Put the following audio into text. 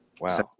Wow